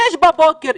06:00 בבוקר,